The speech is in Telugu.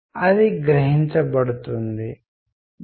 ఇంటి పైకప్పు లాగా ఏనుగు ఉదరం ముట్టుకున్నప్పుడు